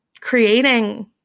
creating